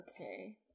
Okay